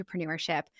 entrepreneurship